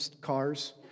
cars